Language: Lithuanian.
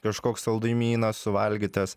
kažkoks saldumynas suvalgytas